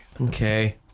Okay